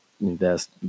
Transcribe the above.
invest